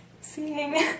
seeing